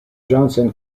johnson